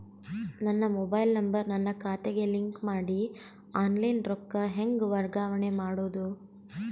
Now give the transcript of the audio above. ನನ್ನ mobile number ನನ್ನ ಖಾತೆಗೆ ಲಿಂಕ್ ಮಾಡಿ ಆನ್ಲೈನ್ ರೊಕ್ಕ ಹೆಂಗ ವರ್ಗಾವಣೆ ಮಾಡೋದು?